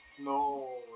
No